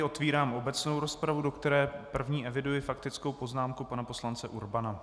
Otevírám obecnou rozpravu, do které jako první eviduji faktickou poznámku pana poslance Urbana.